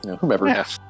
Whomever